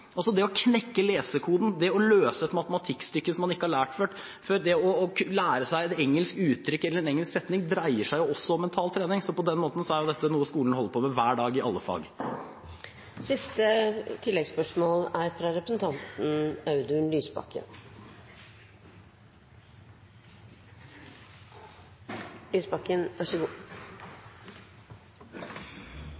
Det å knekke lesekoden, det å løse et matematikkstykke som man ikke har lært før, det å lære seg et engelsk uttrykk eller en engelsk setning dreier seg også om mental trening. På den måten er dette noe skolen holder på med hver dag i alle fag. Audun Lysbakken – til oppfølgingsspørsmål. Jeg er